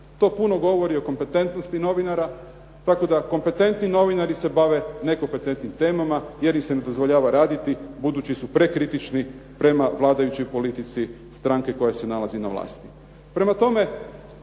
To puno govori o kompetentnosti novinara. Tako da kompetentni novinari se bave nekompetentnim temama jer im se ne dozvoljava raditi budući su prekritični prema vladajućoj politici stranke koja se nalazi na vlasti.